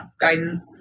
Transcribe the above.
guidance